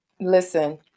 Listen